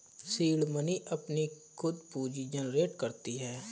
seed money अपनी खुद पूंजी जनरेट करती है